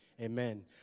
Amen